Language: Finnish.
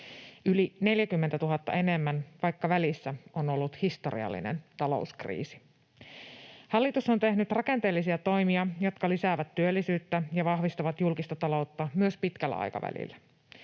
Yli 40 000 enemmän, vaikka välissä on ollut historiallinen talouskriisi. Hallitus on tehnyt rakenteellisia toimia, jotka lisäävät työllisyyttä ja vahvistavat julkista taloutta myös pitkällä aikavälillä.